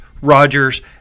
Rogers